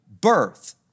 birth